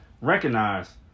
recognize